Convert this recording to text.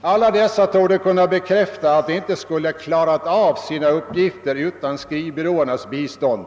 Alla dessa torde kunna bekräfta att de inte skulle ha klarat av uppgifterna utan skrivbyråernas bistånd.